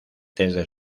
desde